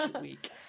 week